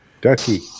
Ducky